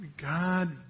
God